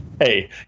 hey